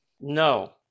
No